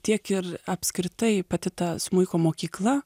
tiek ir apskritai pati ta smuiko mokykla